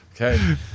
Okay